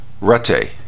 Rete